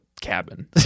cabin